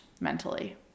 mentally